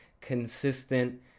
consistent